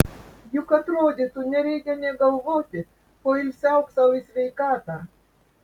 juk atrodytų nereikia nė galvoti poilsiauk sau į sveikatą